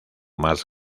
más